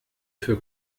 für